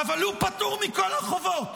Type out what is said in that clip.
אבל הוא פטור מכל החובות.